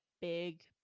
big